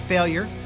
Failure